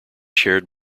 shared